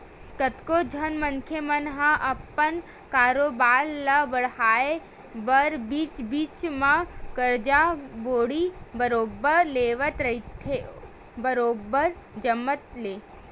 कतको झन मनखे मन ह अपन कारोबार ल बड़हाय बर बीच बीच म करजा बोड़ी बरोबर लेवत रहिथे बरोबर जमत ले